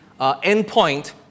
endpoint